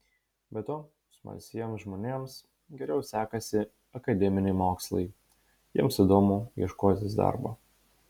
be to smalsiems žmonėms geriau sekasi akademiniai mokslai jiems įdomu ieškotis darbo